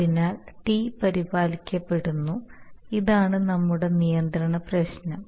അതിനാൽ T പരിപാലിക്കപ്പെടുന്നു ഇതാണ് നമ്മളുടെ നിയന്ത്രണ പ്രശ്നം